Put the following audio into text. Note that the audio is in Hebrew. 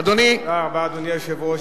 אדוני היושב-ראש,